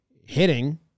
hitting